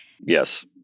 yes